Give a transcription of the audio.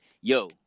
yo